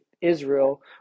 Israel